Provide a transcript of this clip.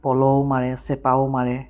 পলও মাৰে চেপাও মাৰে